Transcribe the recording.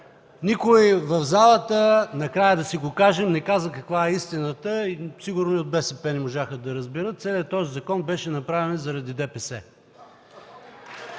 Никой в залата – накрая да си го кажем, не каза каква е истината, сигурно и от БСП не можаха да разберат: целият този закон беше направен заради ДПС.